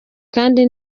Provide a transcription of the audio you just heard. kandi